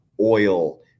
oil